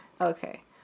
Okay